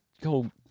go